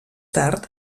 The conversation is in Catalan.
tard